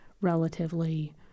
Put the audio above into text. relatively